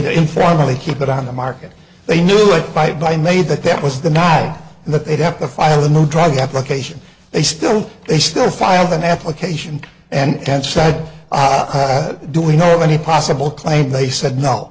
it informally keep it on the market they knew it might be made that that was the night and that they'd have to file a new drug application they still they still filed an application and said do we know of any possible claim they said no